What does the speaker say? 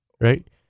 Right